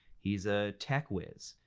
he's a tech wiz.